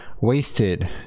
Wasted